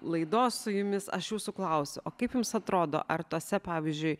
laidos su jumis aš jūsų klausiu o kaip jums atrodo ar tose pavyzdžiui